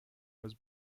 was